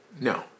No